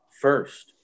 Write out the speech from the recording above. first